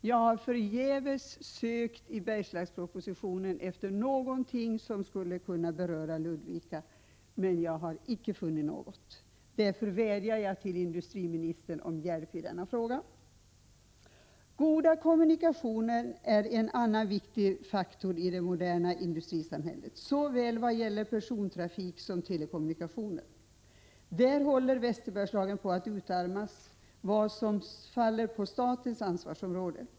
Jag har förgäves sökt i Bergslagspropositionen efter någonting som skulle kunna beröra Ludvika, men jag har inte funnit något. Därför vädjar jag till industriministern om hjälp i denna fråga. Goda kommunikationer är en annan viktig faktor i det moderna industrisamhället vad gäller såväl persontrafik som telekommunikationer. Där håller Västerbergslagen på att utarmas i vad gäller statens ansvarsområde.